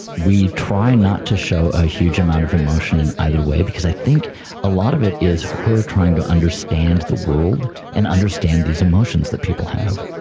we try not to show a huge amount of emotion and either way because i think a lot of it is her trying to understand the world and understand these emotions that people have.